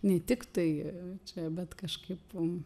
ne tik tai čia bet kažkaip mum